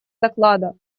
доклада